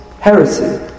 heresy